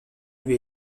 lui